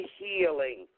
healing